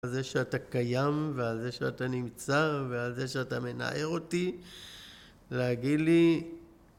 על זה שאתה קיים ועל זה שאתה נמצא ועל זה שאתה מנער אותי להגיד לי...